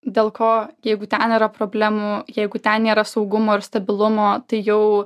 dėl ko jeigu ten yra problemų jeigu ten nėra saugumo ir stabilumo tai jau